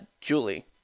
Julie